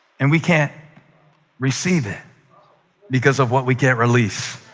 and we can't receive it because of what we can't release.